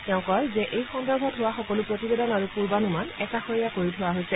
তেওঁ কয় যে এই সন্দৰ্ভত হোৱা সকলো প্ৰতিবেদন আৰু পূৰ্বানুমান একাষৰীয়া কৰি থোৱা হৈছে